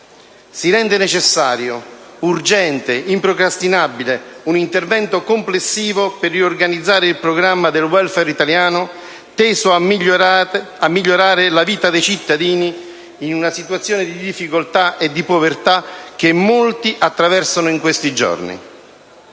Si rende necessario, urgente e improcrastinabile un intervento complessivo per riorganizzare il programma del *welfare* italiano, teso a migliorare la vita dei cittadini, nella situazione di difficoltà e di povertà che molti attraversano in questi giorni: